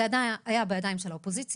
זה היה בידיים של האופוזיציה,